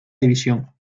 división